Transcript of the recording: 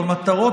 במטרות,